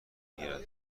گیرد